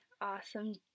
awesome